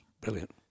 brilliant